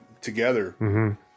together